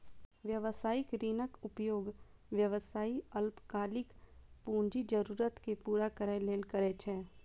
व्यावसायिक ऋणक उपयोग व्यवसायी अल्पकालिक पूंजी जरूरत कें पूरा करै लेल करै छै